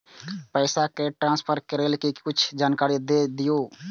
पैसा cash transfer करऐ कि कुछ जानकारी द दिअ